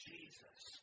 Jesus